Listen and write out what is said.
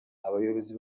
abayobozi